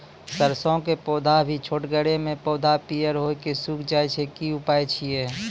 सरसों के पौधा भी छोटगरे मे पौधा पीयर भो कऽ सूख जाय छै, की उपाय छियै?